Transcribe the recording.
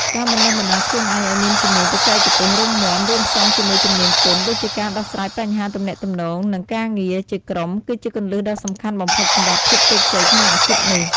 ការបណ្ដុះបណ្ដាលខ្លួនឯងឲ្យមានជំនាញបច្ចេកទេសរឹងមាំរួមផ្សំជាមួយជំនាញទន់ដូចជាការដោះស្រាយបញ្ហាទំនាក់ទំនងនិងការងារជាក្រុម គឺជាគន្លឹះដ៏សំខាន់បំផុតសម្រាប់ភាពជោគជ័យក្នុងអាជីពនេះ។